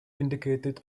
indicated